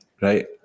right